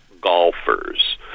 golfers